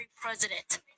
President